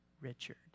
Richard